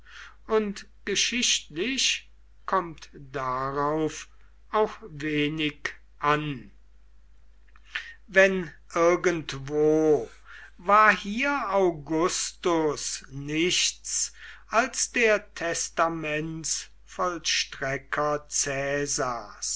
und geschichtlich kommt darauf auch wenig an wenn irgendwo war hier augustus nichts als der testamentsvollstrecker